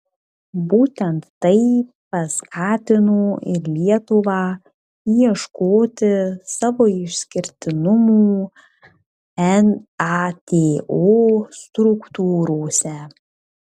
būtent tai paskatino ir lietuvą ieškoti savo išskirtinumų nato struktūrose